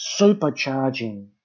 supercharging